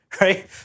Right